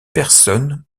personne